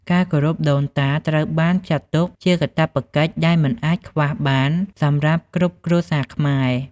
ការគោរពដូនតាត្រូវបានចាត់ទុកជាកាតព្វកិច្ចដែលមិនអាចខ្វះបានសម្រាប់គ្រប់គ្រួសារខ្មែរ។